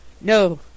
No